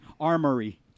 Armory